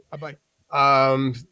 Bye-bye